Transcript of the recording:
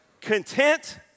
Content